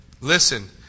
Listen